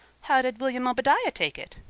how did william obadiah take it?